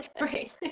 Right